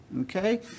Okay